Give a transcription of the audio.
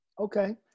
Okay